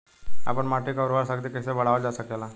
आपन माटी क उर्वरा शक्ति कइसे बढ़ावल जा सकेला?